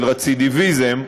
של רצידיביזם,